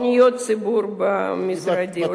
פתחתי פניות ציבור במשרדי, בטוח.